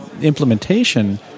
implementation